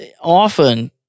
often